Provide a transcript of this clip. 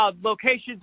locations